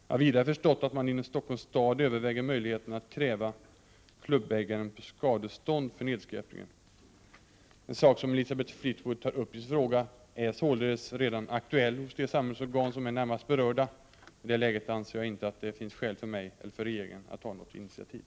Jag har vidare förstått att man inom Stockholms stad överväger möjligheterna att kräva klubbägaren på skadestånd för nedskräpningen. Den sak som Elisabeth Fleetwood tar upp i sin fråga är således redan aktuell hos de samhällsorgan som är närmast berörda. I det läget anser jag inte att det finns skäl för mig eller för regeringen att ta något initiativ.